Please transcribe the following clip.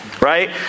Right